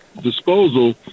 disposal